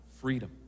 freedom